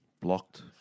Blocked